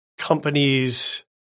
Companies